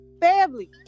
Family